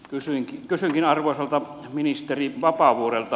kysynkin arvoisalta ministeri vapaavuorelta